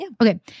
Okay